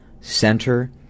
center